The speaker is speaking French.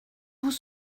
vous